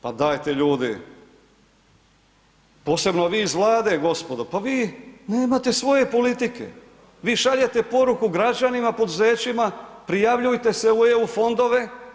Pa dajte ljudi, posebno vi iz Vlade gospodo, pa vi nemate svoje politike, vi šaljete poruku građanima, poduzećima, prijavljujte se u EU fondove.